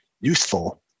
useful